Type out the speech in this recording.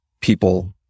people